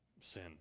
Sin